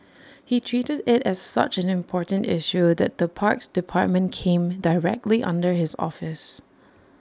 he treated IT as such an important issue that the parks department came directly under his office